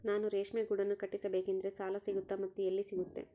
ನಾನು ರೇಷ್ಮೆ ಗೂಡನ್ನು ಕಟ್ಟಿಸ್ಬೇಕಂದ್ರೆ ಸಾಲ ಸಿಗುತ್ತಾ ಮತ್ತೆ ಎಲ್ಲಿ ಸಿಗುತ್ತೆ?